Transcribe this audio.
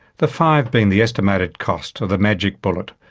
the five being the estimated cost of the magic bullet,